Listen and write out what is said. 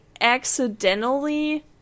accidentally